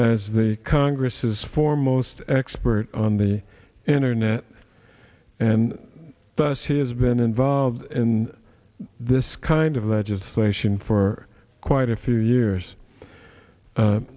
as the congress's foremost expert on the internet and thus he has been involved in this kind of legislation for quite a few years